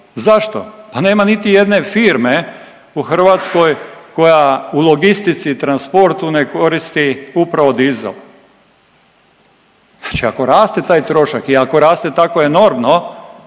Zašto? Pa nema niti jedne firme u Hrvatskoj koja u logistici i transportu ne koristi upravo dizel. Znači ako raste taj trošak i ako raste tako enormno